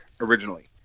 originally